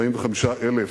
45,000